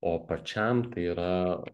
o pačiam tai yra